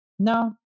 no